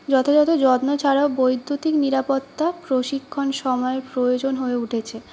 যথাযথ যত্ন ছাড়াও বৈদ্যুতিক নিরাপত্তার প্রশিক্ষণ সময়ের প্রয়োজন হয়ে উঠেছে